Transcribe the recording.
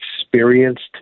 experienced